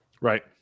Right